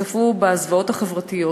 צפו בזוועות החברתיות